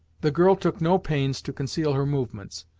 the girl took no pains to conceal her movements.